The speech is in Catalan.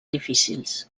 difícils